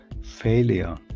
failure